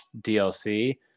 DLC